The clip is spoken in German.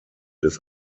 des